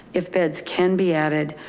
if beds can be added,